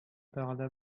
тәгалә